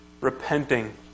Repenting